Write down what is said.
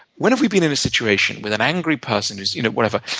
when have we been in a situation with an angry person who's you know whatever.